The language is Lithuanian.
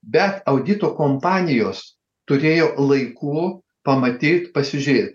bet audito kompanijos turėjo laiku pamatyt pasižiūrėt